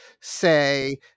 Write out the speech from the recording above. say